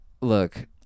look